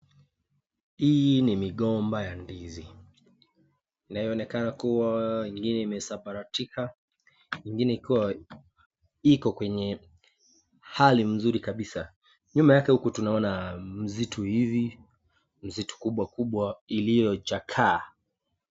Hii ni migomba ya ndizi, inayoonekana kuwa ingine imezambaratika ingine ikiwa iko kwenye hali mzuri kabisa, nyuma yake huko tunaona msitu hivi, msitu kubwa kubwa iliyochakaa.